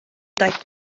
daeth